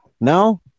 No